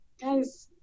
Guys